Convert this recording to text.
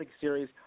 series